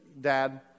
dad